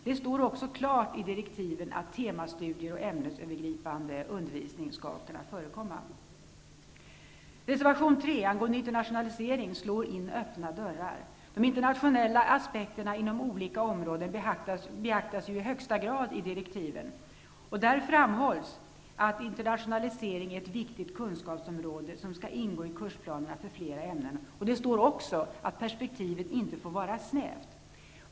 Det står också klart i direktiven att temastudier och ämnesövergripande undervisning skall kunna förekomma. I reservation 3 angående internationalisering slår man in öppna dörrar. De internationella aspekterna inom olika områden beaktas ju i högsta grad i direktiven. Där framhålls att internationalisering är ett viktigt kunskapsområde som skall ingå i kursplanerna för flera ämnen. Det står också att perspektivet inte får vara snävt.